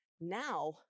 now